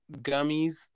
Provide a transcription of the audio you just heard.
gummies